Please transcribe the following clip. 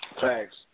Thanks